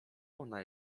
ona